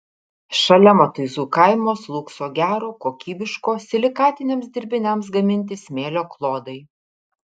šalia matuizų kaimo slūgso gero kokybiško silikatiniams dirbiniams gaminti smėlio klodai